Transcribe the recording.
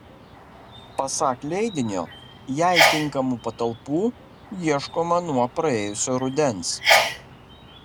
pasak leidinio jai tinkamų patalpų ieškoma nuo praėjusio rudens